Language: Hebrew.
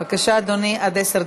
טלפונים, בבקשה, מחוץ לאולם.